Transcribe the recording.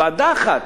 ועדה אחת,